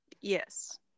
Yes